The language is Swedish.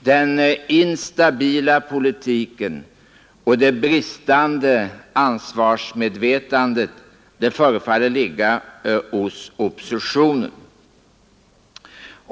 Den ”Iinstabila politiken” och det ”bristande ansvarsmedvetandet” förefaller att ligga hos oppositionen.